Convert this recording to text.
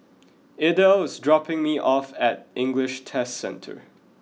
Idell is dropping me off at English Test Centre